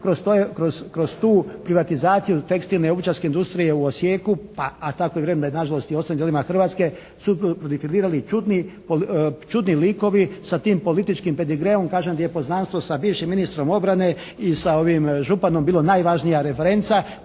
kroz tu privatizaciju tekstilne i obućarske industrije u Osijeku a takvo je vrijeme da je nažalost i u ostalim dijelovima Hrvatske su prodefilirali čudni likovi sa tim političkim pedigreom kažem gdje je poznanstvo sa bivšim ministrom obrane i sa ovim županom bilo najvažnija referenca